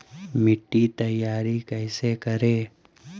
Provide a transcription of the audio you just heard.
मिट्टी तैयारी कैसे करें?